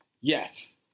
Yes